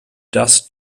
thus